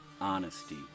honesty